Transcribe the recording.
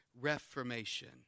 reformation